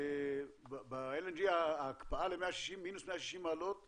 ב-LNG ההקפאה למינוס 160 מעלות?